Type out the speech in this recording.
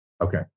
Okay